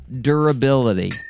durability